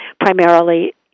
primarily